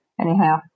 anyhow